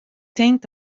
tink